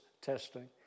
testing